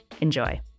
Enjoy